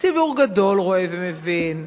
ציבור גדול רואה ומבין.